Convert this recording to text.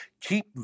keep